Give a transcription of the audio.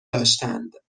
داشتند